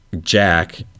Jack